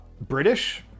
British